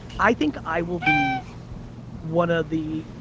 i think i will be one of the.